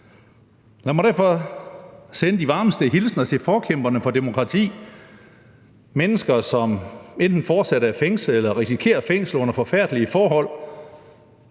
Lad mig derfor sende de varmeste hilsner til forkæmperne for demokrati – mennesker, som enten fortsat er fængslede eller risikerer fængsel under forfærdelige forhold.